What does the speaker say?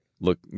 look